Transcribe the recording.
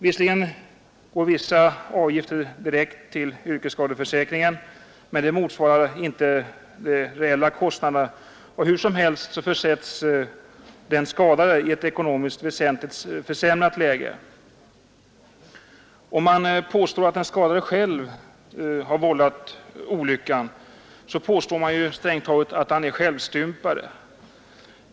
Visserligen går vissa avgifter direkt till yrkesskadeförsäkringen, men ersättningen därifrån motsvarar inte de reella kostnaderna. Hur som helst försätts den skadade ekonomiskt i ett väsentligt försämrat läge. Om man påstår att den skadade själv har vållat olyckan, så påstår man strängt taget att han är självstympare.